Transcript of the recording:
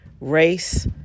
race